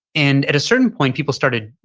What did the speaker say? and at a certain point people started,